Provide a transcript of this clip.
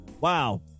Wow